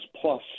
plus